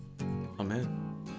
Amen